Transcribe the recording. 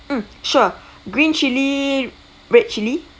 mm sure green chilli red chilli